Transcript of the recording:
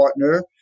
partner